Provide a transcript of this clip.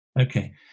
Okay